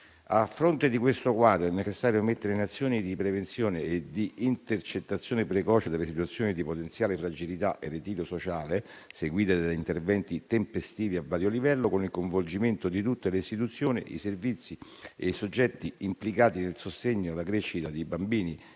A fronte di questo quadro, è necessario mettere in atto azioni di prevenzione e di intercettazione precoce delle situazioni di potenziale fragilità e ritiro sociale, seguite da interventi tempestivi a vario livello, con il coinvolgimento di tutte le istituzioni, i servizi e i soggetti implicati nel sostegno alla crescita dei bambini